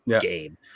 game